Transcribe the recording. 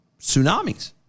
tsunamis